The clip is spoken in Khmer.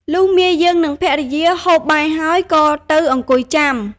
លុះមាយើង និងភរិយាហូបបាយហើយ ក៏ទៅអង្គុយចាំ។